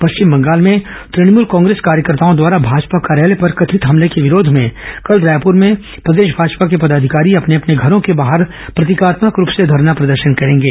पश्चिम बंगाल में तणमूल कांग्रेस कार्यकर्ताओं द्वारा भाजपा कार्यालय पर कथित हमले के विरोध में कल रायपुर में प्रदेश भाजपा के पदाधिकारी अपने अपने घरों के बाहर प्रतीकात्मक रूप से धरना प्रदर्शन करेंगे